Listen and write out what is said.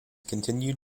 continued